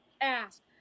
Ask